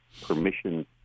permission